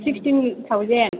sixteen thousand